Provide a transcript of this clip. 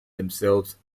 themselves